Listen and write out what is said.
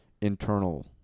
internal